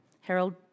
Harold